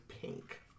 pink